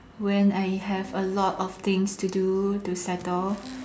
when I have a lot of things to do to settle